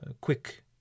quick